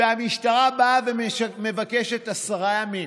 והמשטרה באה ומבקשת עשרה ימים,